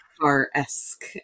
car-esque